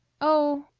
oh!